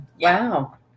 Wow